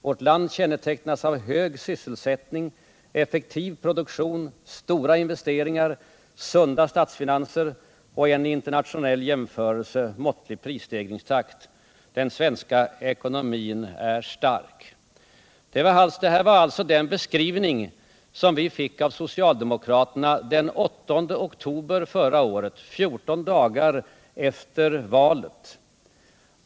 Vårt land kännetecknas av en hög sysselsättning, effektiv produktion, stora investeringar, sunda statsfinanser och i internationell jämförelse måttlig prisstegringstakt. Den svenska ekonomin är stark.” Detta var den beskrivning av vårt ekonomiska läge som vi fick av socialdemokraterna den 8 oktober förra året, således fjorton dagar efter valet.